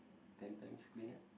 ten times cleaner